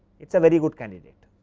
it is a very good candidate.